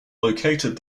located